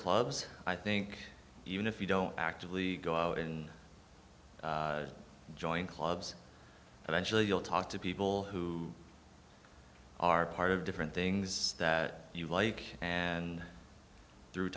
clubs i think even if you don't actively go out and join clubs eventually you'll talk to people who are part of different things that you like and through